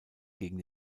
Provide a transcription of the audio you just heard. gegen